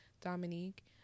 Dominique